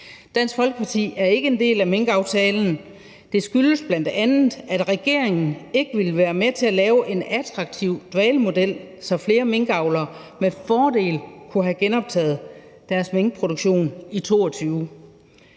Dansk Folkeparti er ikke en del af minkaftalen – det skyldes bl.a., at regeringen ikke ville være med til at lave en attraktiv dvalemodel, så flere minkavlere med fordel kunne genoptage deres minkproduktion i 2022.